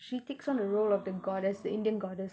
she takes on a role of the goddess the indian goddess